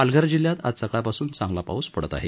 पालघर जिल्ह्यात आज सकाळपासून चांगला पाऊस पडत आहे